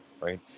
right